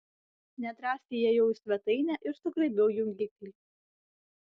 nedrąsiai įėjau į svetainę ir sugraibiau jungiklį